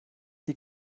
die